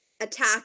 attack